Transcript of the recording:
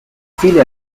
file